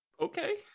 Okay